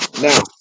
now